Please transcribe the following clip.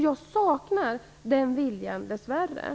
Jag saknar dess värre den viljan hos utbildningsministern.